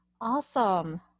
Awesome